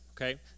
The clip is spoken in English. okay